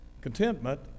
contentment